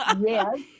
yes